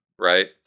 Right